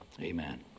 amen